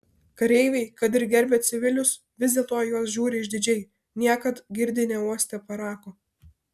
kareiviai kad ir gerbia civilius vis dėlto į juos žiūri išdidžiai niekad girdi neuostę parako